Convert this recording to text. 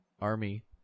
army